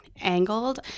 angled